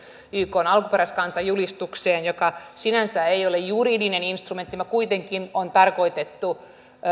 ykn alkuperäiskansajulistukseen joka sinänsä ei ole juridinen instrumentti mutta joka kuitenkin on tarkoitettu